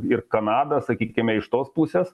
ir kanada sakykime iš tos pusės